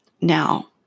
Now